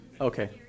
Okay